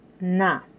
na